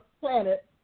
planet